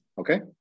Okay